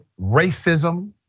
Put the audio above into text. racism